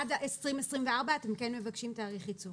עד 2024 אתם כן מבקשים תאריך ייצור.